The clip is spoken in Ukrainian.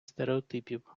стереотипів